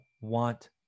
want